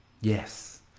Yes